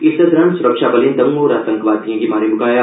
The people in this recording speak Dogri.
इस्सै दौरान सुरक्षाबलें दौं होर आतंकवादिएं गी मारी मुकाया